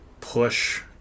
push